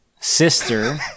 sister